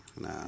nah